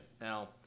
Now